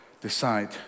Decide